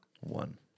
One